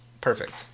Perfect